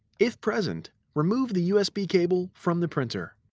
if present, remove the usb cable from the printer.